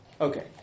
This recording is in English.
Okay